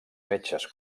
metges